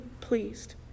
pleased